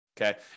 Okay